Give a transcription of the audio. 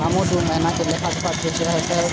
हमरा दूय महीना के लेखा जोखा सेहो चाही